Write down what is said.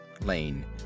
Lane